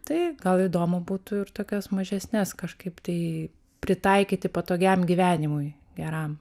tai gal įdomu būtų ir tokias mažesnes kažkaip tai pritaikyti patogiam gyvenimui geram